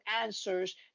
answers